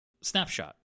snapshot